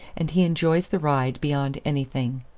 and he enjoys the ride beyond anything.